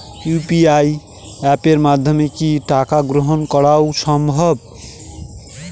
UPI অ্যাপের মাধ্যমে কি টাকা গ্রহণ করাও সম্ভব?